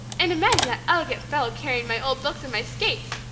and imagine that elegant fellow carrying my old books and my skates!